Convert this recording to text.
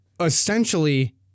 Essentially